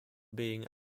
being